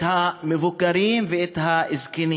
המבוגרים והזקנים